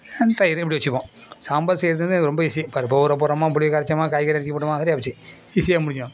and தயிர் இப்டி வெச்சுப்போம் சாம்பார் செய்யுறது வந்து எனக்கு ரொம்ப ஈஸி பருப்பை ஊற போடுறோமா புளியை கரைச்சோமா காய்கறி அரிஞ்சி போட்டோமா சரியாக போச்சு ஈஸியாக முடிஞ்சிடும்